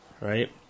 right